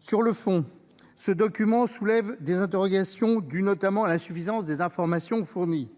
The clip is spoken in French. Sur le fond, ce document soulève des interrogations en raison notamment de l'insuffisance des informations fournies.